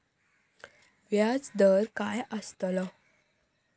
व्याज दर काय आस्तलो?